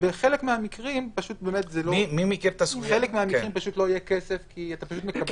בחלק מהמקרים לא יהיה כסף, כי אתה פשוט מקבל.